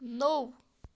نوٚو